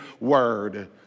word